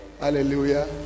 Hallelujah